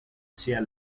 sehr